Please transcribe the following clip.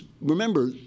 remember